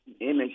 image